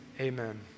amen